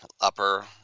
upper